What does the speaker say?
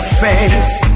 face